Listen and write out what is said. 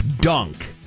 dunk